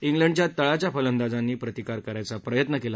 इंग्लडच्या तळाच्या फलंदाजांनी प्रतिकार करायचा प्रयत्न केला